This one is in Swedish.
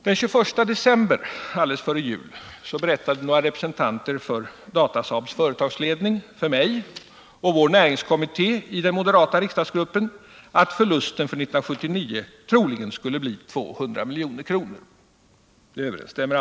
Den 21 december berättade några representanter för Datasaabs företagsledning för mig och vår näringskommitté i den moderata riksdagsgruppen att förlusterna för 1979 troligen skulle bli 200 milj.kr.